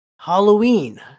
halloween